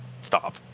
stop